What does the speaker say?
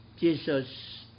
Jesus